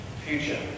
future